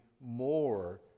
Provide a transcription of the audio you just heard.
more